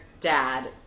dad